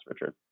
Richard